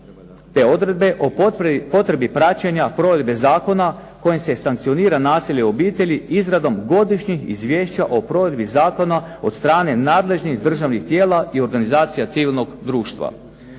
te odredbe o potrebi praćenja provedbe zakona kojom se sankcionira nasilje u obitelji izradom godišnjeg izvješća o provedbi zakona od strane nadležnih državnih tijela i organizacija civilnog društva.